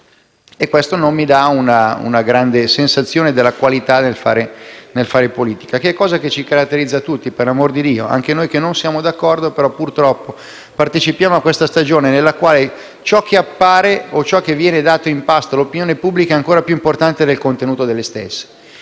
Questo non mi dà una grande sensazione di qualità nel fare politica, una cosa che ci caratterizza tutti, per l'amor di Dio. Anche noi che non siamo d'accordo, purtroppo, partecipiamo a questa stagione nella quale ciò che appare o ciò che viene dato in pasto all'opinione pubblica è più importante del contenuto delle notizie